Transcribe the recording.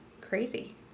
crazy